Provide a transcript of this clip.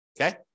Okay